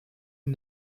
une